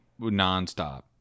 nonstop